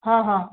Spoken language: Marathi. हा हा